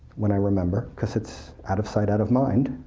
when i remember, because it's out of sight, out of mind,